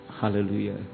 Hallelujah